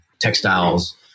textiles